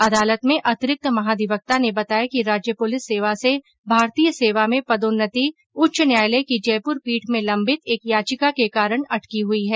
अदालत में अतिरिक्त महाधिवक्ता ने बताया कि राज्य पुलिस सेवा से भारतीय सेवा में पदोन्नति उच्च न्यायालय की जयपुर पीठ में लंबित एक याचिका के कारण अटकी हुई है